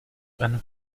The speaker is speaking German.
eine